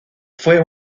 fue